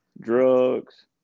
Drugs